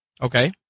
Okay